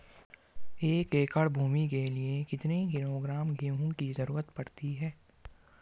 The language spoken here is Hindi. एक एकड़ भूमि के लिए कितने किलोग्राम गेहूँ की जरूरत पड़ती है?